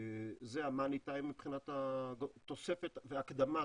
זה המאני טיים מבחינת התוספת והקדמת